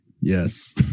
Yes